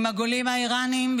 עם הגולים האיראנים,